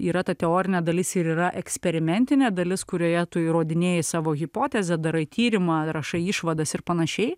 yra ta teorinė dalis ir yra eksperimentinė dalis kurioje tu įrodinėji savo hipotezę darai tyrimą rašai išvadas ir panašiai